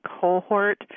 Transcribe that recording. cohort